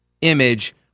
image